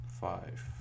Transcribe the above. five